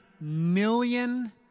million